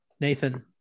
Nathan